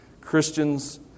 Christians